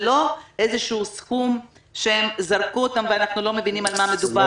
זה לא איזשהו סכום שהם זרקו אותו ואנחנו לא מבינים על מה מדובר.